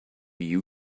you